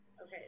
Okay